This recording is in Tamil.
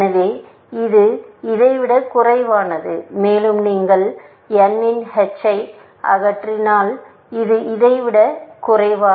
எனவே இது இதைவிடக் குறைவானது மேலும் நீங்கள் n இன் h ஐ அகற்றினால் இது இதைவிடக் குறைவு